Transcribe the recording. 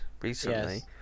recently